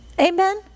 Amen